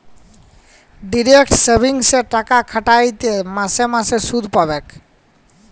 direct সেভিংসে টাকা খ্যাট্যাইলে মাসে মাসে সুদ পাবেক